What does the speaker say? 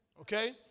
Okay